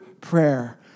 prayer